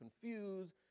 confused